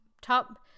top